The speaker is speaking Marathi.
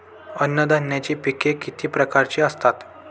अन्नधान्याची पिके किती प्रकारची असतात?